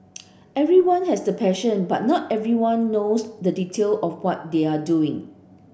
everyone has the passion but not everyone knows the detail of what they are doing